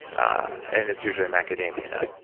and it's usually a macadamia nut